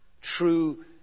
true